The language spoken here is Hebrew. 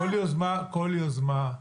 אנחנו מברכים כל יוזמה פרטית